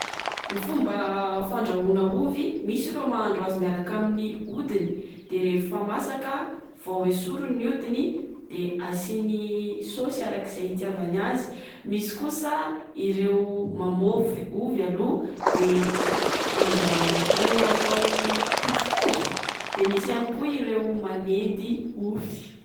Ny fomba fandrahoana ovy. Misy ireo mahandro azy miaraka amin'ny hodiny. De rehefa masaka vao esoriny ny hodiny. De asiany sauce araka izay itiavany azy. Misy kosa ireo mamofy ovy aloa de andraona atao potsik-ovy de misy ihany koa ireo manendy ovy.